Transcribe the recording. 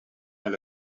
elle